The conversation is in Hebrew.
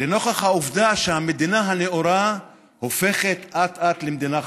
לנוכח העובדה שהמדינה הנאורה הופכת אט-אט למדינה חשוכה.